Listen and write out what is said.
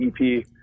EP